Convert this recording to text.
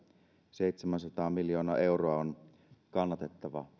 seitsemänsataa miljoonaa euroa on kannatettava